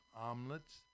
omelets